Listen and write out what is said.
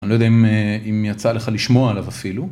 אני לא יודע אם יצא לך לשמוע עליו אפילו.